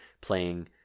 playing